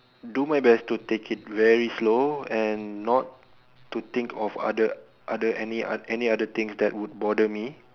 do my best to take it very slow and not to think of other other any other things that would bother me